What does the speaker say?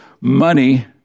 money